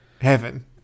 Heaven